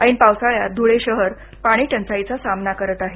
ऐन पावसाळ्यात ध्रळे शहर पाणीटंचाईचा सामना करत आहे